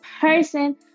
person